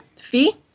FEE